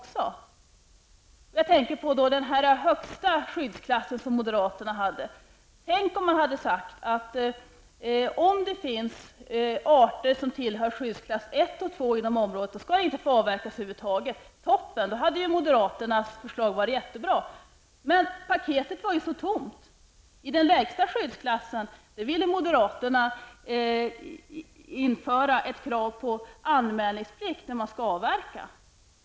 Jag tänker särskilt på den högsta skyddsklassen som moderaterna föreslog. Tänk om man hade sagt, att om det finns arter som tillhör skyddsklass 1 och 2 inom området, då skall det inte få avverkas över huvud taget. Det hade varit toppen! Då hade moderaternas förslag varit mycket bra. Men paketet var ju så tomt. I den lägsta skyddsklassen ville moderaterna införa ett krav på anmälningsplikt vid avverkning.